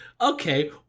okay